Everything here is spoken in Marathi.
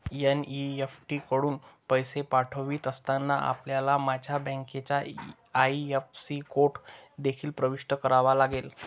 एन.ई.एफ.टी कडून पैसे पाठवित असताना, आपल्याला माझ्या बँकेचा आई.एफ.एस.सी कोड देखील प्रविष्ट करावा लागेल